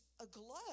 aglow